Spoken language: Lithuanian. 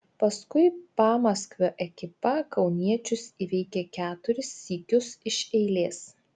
paskui pamaskvio ekipa kauniečius įveikė keturis sykius iš eilės